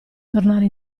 tornare